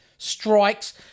Strikes